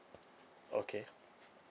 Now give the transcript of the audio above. okay